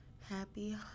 happy